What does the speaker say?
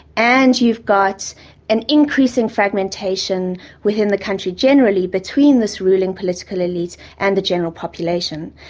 and you've got an increase in fragmentation within the country generally between this ruling political elite and the general population.